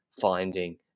finding